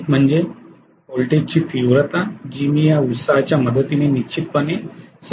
एक म्हणजे व्होल्टेजची तीव्रता जी मी एक्साइटेशनच्या मदतीने निश्चितपणे समायोजित करू शकते